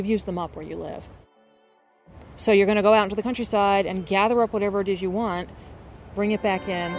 you've used them up where you live so you're going to go out into the countryside and gather up whatever it is you want bring it back in